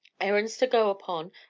errands to go upon,